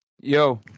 Yo